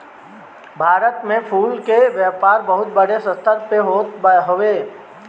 भारत में फूल के व्यापार बहुते बड़ स्तर पे होत हवे